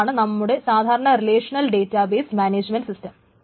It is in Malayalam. ഇതാണ് നമ്മുടെ സാധാരണ റിലേഷനൽ ഡേറ്റാബെയ്സ് മാറേജ്മെന്റ് സിസ്റ്റം